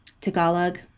Tagalog